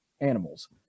animals